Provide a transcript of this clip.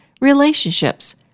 relationships